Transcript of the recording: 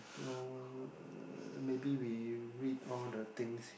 two hour maybe we read all the things